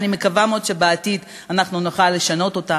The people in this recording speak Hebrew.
ואני מקווה מאוד שבעתיד נוכל לשנות זאת: